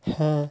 হ্যাঁ